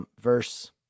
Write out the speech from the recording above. verse